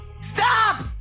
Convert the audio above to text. Stop